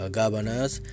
governors